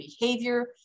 behavior